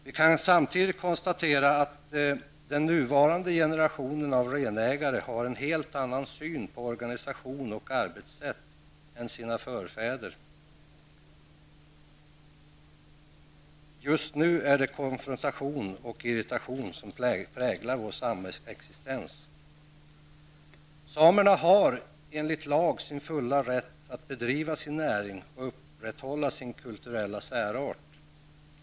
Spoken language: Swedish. Vi kan samtidigt konstatera att den nuvarande generationen av renägare har en helt annan syn på organisation och arbetssätt än sina förfäder. Just nu är det konfrontation och irritation som präglar vår samexistens. Samerna har enligt lag full rätt att bedriva sin näring och att upprätthålla sin kulturella särart.